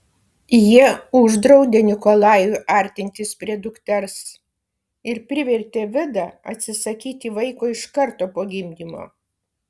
jie uždraudė nikolajui artintis prie dukters ir privertė vidą atsisakyti vaiko iš karto po gimdymo